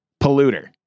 polluter